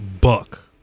Buck